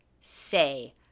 say